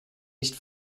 nicht